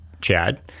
Chad